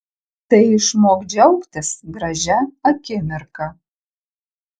tai išmok džiaugtis gražia akimirka